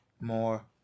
more